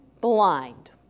blind